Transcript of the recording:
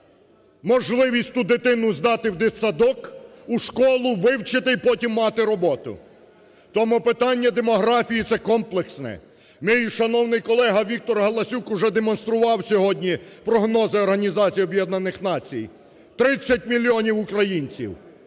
можливість ту дитину здати в дитсадок, у школу, вивчити і потім мати роботу. Тому питання демографії – це комплексне. Мій шановний колега Віктор Галасюк уже демонстрував сьогодні прогнози Організації